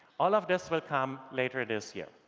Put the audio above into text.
all of this will come later this year.